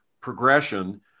progression